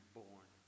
born